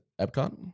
Epcot